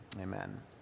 amen